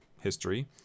history